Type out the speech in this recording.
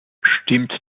stimmt